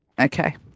Okay